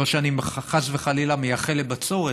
לא שאני חס וחלילה מייחל לבצורת,